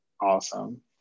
awesome